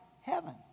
heaven